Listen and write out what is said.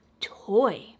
toy